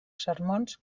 sermons